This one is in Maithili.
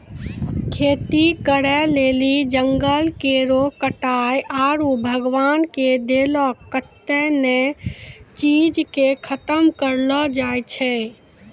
खेती करै लेली जंगल केरो कटाय आरू भगवान के देलो कत्तै ने चीज के खतम करलो जाय छै